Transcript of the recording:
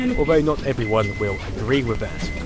although not everyone will agree with that.